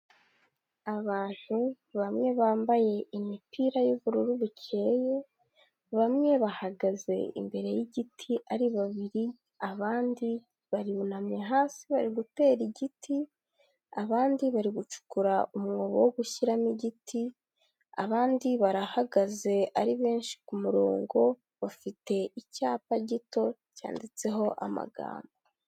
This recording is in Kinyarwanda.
Abantu bamwe bambaye imipira y'ubururu bukeye, bamwe bahagaze imbere y'igiti ari babiri, abandi barunamye hasi bari gutera igiti, abandi bari gucukura umwobo wo gushyiramo igiti, abandi barahagaze ari benshi ku murongo, bafite icyapa gito cyanditseho amagambo.